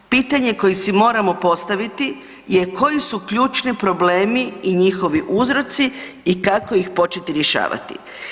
Pitanje koje si moramo postaviti je koji su ključni problemi i njihovi uzroci i kako ih početi rješavati.